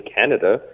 Canada